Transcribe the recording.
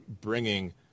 bringing